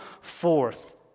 forth